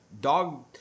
Dog